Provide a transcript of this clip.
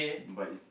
but it's